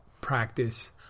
practice